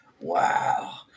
Wow